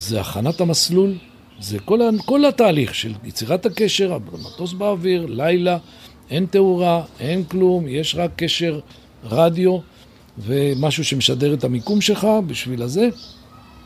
זה הכנת המסלול, זה כל התהליך של יצירת הקשר, המטוס באוויר, לילה, אין תאורה, אין כלום, יש רק קשר רדיו ומשהו שמשדר את המיקום שלך, בשביל הזה...